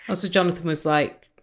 ah so jonathan was like!